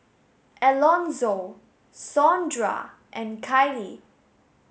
Elonzo Sondra and Kiley